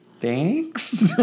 thanks